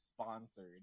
sponsored